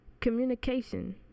Communication